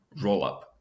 rollup